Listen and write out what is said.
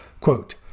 Quote